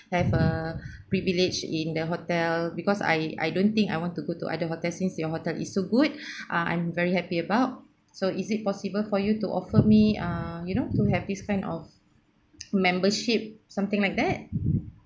have a privilege in the hotel because I I don't think I want to go to other hotel since your hotel is so good ah I'm very happy about so is it possible for you to offer me ah you know to have these kind of membership something like that